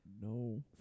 No